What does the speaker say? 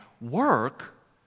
work